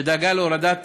שדאגה להורדת